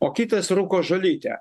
o kitas rūko žolytę